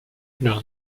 leur